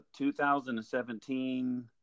2017